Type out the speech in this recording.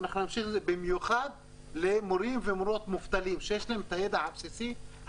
במיוחד למורים ומורות מובטלים שיש להם הכשרה